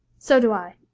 so do i.